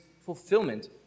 fulfillment